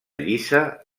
llisa